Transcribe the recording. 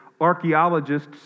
archaeologists